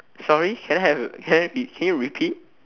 sorry can I have can you re~ can you repeat